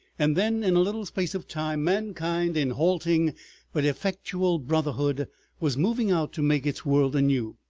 and then in a little space of time mankind in halting but effectual brotherhood was moving out to make its world anew.